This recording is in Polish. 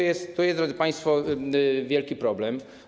I tu jest, drodzy państwo, wielki problem.